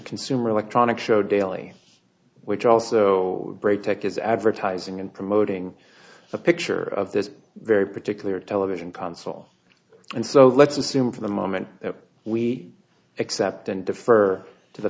consumer electronics show daily which also break tech is advertising and promoting a picture of this very particular television council and so let's assume for the moment that we accept and defer to the